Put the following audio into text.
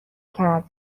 کرد